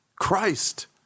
Christ